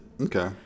Okay